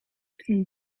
een